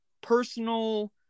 personal